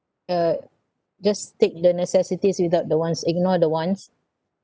uh just tick the necessities without the wants ignore the wants